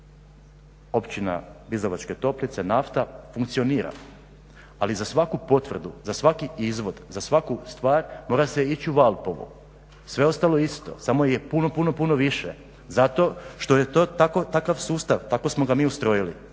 Općina, Bizovačke toplice, nafta, funkcionira, ali za svaku potvrdu, za svaki izvod, za svaku stvar mora se ići u Valpovo, sve ostalo je isto, samo je puno, puno, puno više zato što je to takav sustav, tako smo ga mi ustrojili